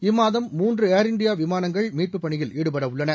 இம்மாதம் மூன்று Air India விமானங்கள் மீட்புப் பணியில் ஈடுபட உள்ளன